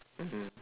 mmhmm